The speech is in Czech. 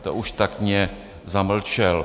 To už taktně zamlčel.